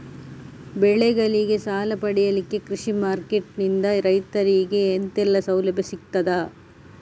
ಬೆಳೆಗಳಿಗೆ ಸಾಲ ಪಡಿಲಿಕ್ಕೆ ಕೃಷಿ ಮಾರ್ಕೆಟ್ ನಿಂದ ರೈತರಿಗೆ ಎಂತೆಲ್ಲ ಸೌಲಭ್ಯ ಸಿಗ್ತದ?